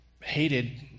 hated